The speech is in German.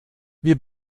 wir